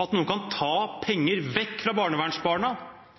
at noen kan ta penger vekk fra barnevernsbarna